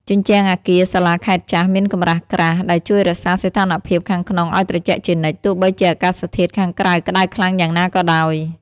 ជញ្ជាំងអគារសាលាខេត្តចាស់មានកម្រាស់ក្រាស់ ដែលជួយរក្សាសីតុណ្ហភាពខាងក្នុងឱ្យត្រជាក់ជានិច្ច ទោះបីជាអាកាសធាតុខាងក្រៅក្តៅខ្លាំងយ៉ាងណាក៏ដោយ។